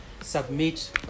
submit